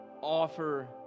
offer